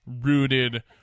rooted